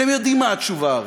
אתם יודעים מה התשובה הרי: